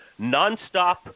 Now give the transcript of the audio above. nonstop